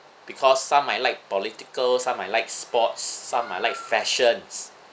because some might like political some might like sports some might like fashions